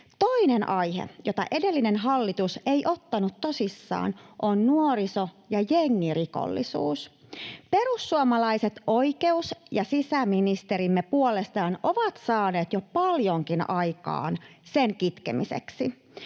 Toinen aihe, jota edellinen hallitus ei ottanut tosissaan, on nuoriso- ja jengirikollisuus. Perussuomalaiset oikeus- ja sisäministerimme puolestaan ovat saaneet jo paljonkin aikaan sen kitkemiseksi.